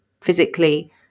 physically